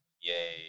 yay